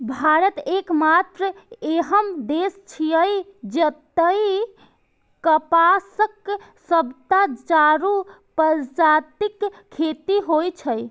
भारत एकमात्र एहन देश छियै, जतय कपासक सबटा चारू प्रजातिक खेती होइ छै